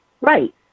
Right